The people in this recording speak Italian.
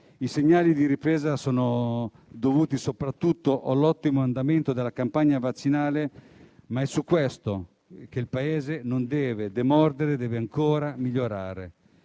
I segnali di ripresa sono dovuti soprattutto all'ottimo andamento della campagna vaccinale, ma è su questo che il Paese non deve demordere e deve ancora migliorare.